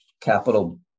capital